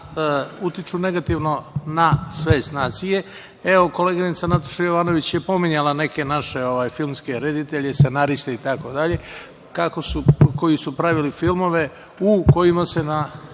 utiču negativno na svest nacije. Evo, koleginica Nataša Jovanović je pominjala neke naše filmske reditelje i scenariste itd, koji su pravili filmove u kojima sa na